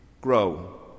grow